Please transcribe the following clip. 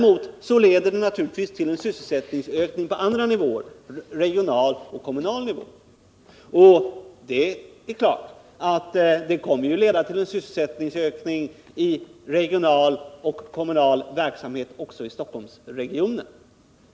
Men den leder naturligtvis till en sysselsättningsökning på andra nivåer — regional och kommunal nivå. Det är klart att denna decentralisering kommer att leda till en sysselsättningsökning i regional och kommunal verksamhet också i Stockholmsregionen.